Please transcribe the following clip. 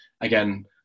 again